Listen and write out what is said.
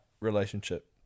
relationship